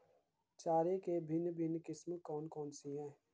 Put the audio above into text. चारे की भिन्न भिन्न किस्में कौन सी हैं?